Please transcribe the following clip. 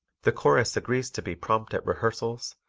the chorus agrees to be prompt at rehearsals,